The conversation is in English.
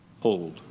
Hold